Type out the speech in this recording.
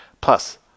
Plus